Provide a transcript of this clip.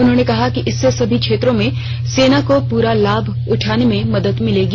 उन्होंने कहा कि इससे सभी क्षेत्रों में सेना को पूरा लाभ उठाने में मदद मिलेगी